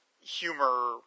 humor